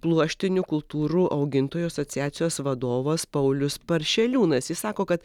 pluoštinių kultūrų augintojų asociacijos vadovas paulius paršeliūnas jis sako kad